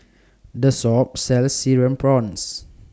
This Shop sells Cereal Prawns